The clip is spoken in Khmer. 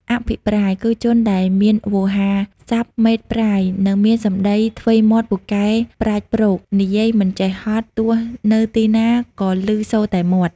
អភិប្រាយ គឺជនដែលមានវោហារសព្ទម៉េតប្រាយ និងមានសម្ដីថ្វីមាត់ពូកែប្រាជ្ញប្រោក និយាយមិនចេះហត់ ទោះទៅទីណាក៏ឮសូរតែមាត់ ។